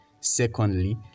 Secondly